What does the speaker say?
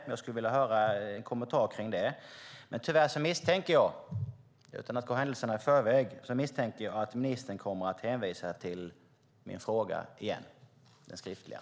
Jag skulle vilja få en kommentar till det. Tyvärr misstänker jag, utan att gå händelserna i förväg, att ministern kommer att hänvisa till min skriftliga fråga igen.